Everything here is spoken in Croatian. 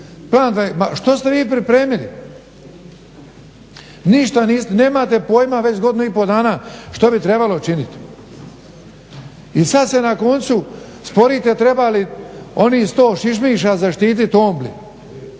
oporbi? Što ste vi pripremili? Nemate pojma već godinu i pol dana što bi trebalo činiti i sada se na koncu sporite treba li onih 100 šišmiša zaštiti Ombli.